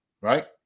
right